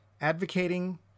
advocating